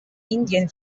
indien